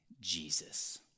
Jesus